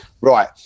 right